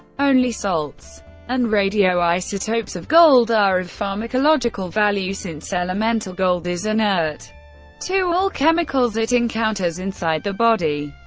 only salts and radioisotopes of gold are of pharmacological value, since elemental gold is inert to all chemicals it encounters inside the body.